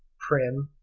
prim,